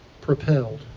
propelled